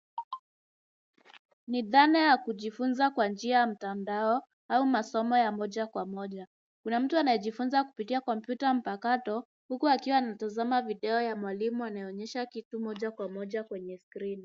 Ni dhana ya kujifunza kwa njia ya mtandao au masomo ya moja kwa moja. Kuna mtu anayejifunza kupitia kompyuta mpakato huku akiwa anatazama video ya mwalimu anayeonyesha kitu moja kwa moja kwenye skrini.